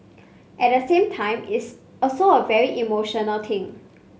at the same time it's also a very emotional thing